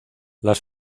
las